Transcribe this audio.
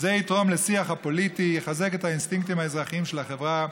תתרום לשיח הפוליטי ותחזק את האינסטינקטים האזרחיים של החברה,